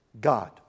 God